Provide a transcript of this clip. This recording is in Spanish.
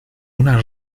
una